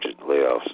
layoffs